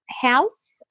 house